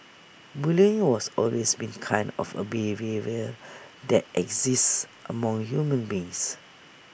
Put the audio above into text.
bullying was always been kind of A that exists among human beings